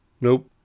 Nope